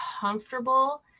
comfortable